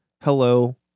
hello